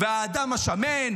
והאדם השמן.